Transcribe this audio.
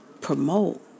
promote